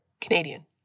Canadian